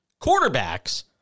quarterbacks